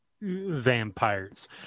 vampires